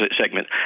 segment